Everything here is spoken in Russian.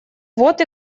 вот